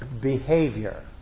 Behavior